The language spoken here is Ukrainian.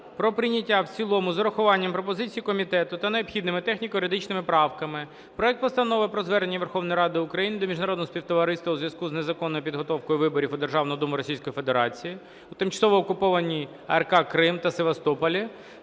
про прийняття в цілому з урахуванням пропозицій комітету та необхідними техніко-юридичними правками проект Постанови про Звернення Верховної Ради України до міжнародного співтовариства у зв’язку із незаконною підготовкою виборів у Державну Думу Російської Федерації у тимчасово окупованій АР Крим та Севастополі